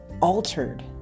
altered